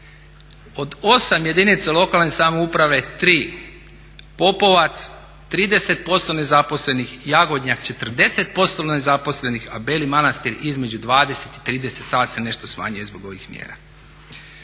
Od 8 jedinica lokalne samouprave 3, Popovac 30% nezaposlenih, Jagodnjak 40% nezaposlenih a Beli Manastir između 20 i 30, sada se nešto smanjuje zbog ovih mjera.